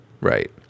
Right